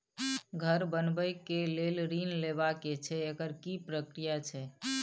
घर बनबै के लेल ऋण लेबा के छै एकर की प्रक्रिया छै?